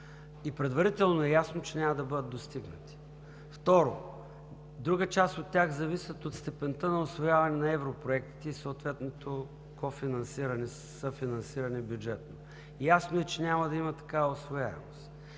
и предварително е ясно, че няма да бъдат достигнати. Второ, друга част от тях зависят от степента на усвояване на европроектите и съответното бюджетно кофинансиране, съфинансиране. Ясно е, че няма да има такава усвояемост